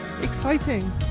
Exciting